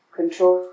control